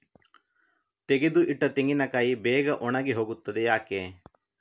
ತೆಗೆದು ಇಟ್ಟ ತೆಂಗಿನಕಾಯಿ ಬೇಗ ಒಣಗಿ ಹೋಗುತ್ತದೆ ಯಾಕೆ?